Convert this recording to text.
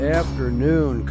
afternoon